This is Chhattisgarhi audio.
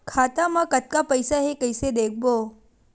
खाता मा कतका पईसा हे कइसे देखबो?